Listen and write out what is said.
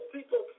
People